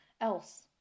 else